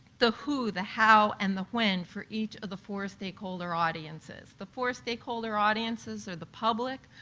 the who, the how and the when for each of the four stakeholder audiences, the four stakeholder audiences are the public,